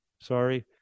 Sorry